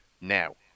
now